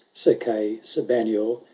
sir cay, sir banier,